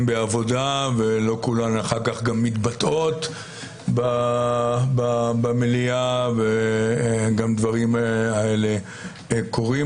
בעבודה ולא כולן אחר כך מתבטאות במליאה וגם הדברים הללו קורים.